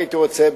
אני הייתי רוצה,